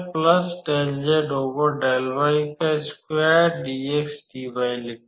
तो हम लिखते हैं